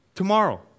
tomorrow